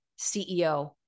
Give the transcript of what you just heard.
CEO